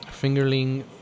fingerling